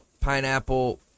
pineapple